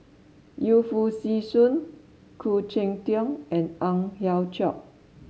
Yu Foo Yee Shoon Khoo Cheng Tiong and Ang Hiong Chiok